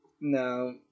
No